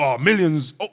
millions